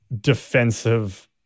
defensive